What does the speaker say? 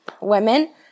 women